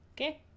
Okay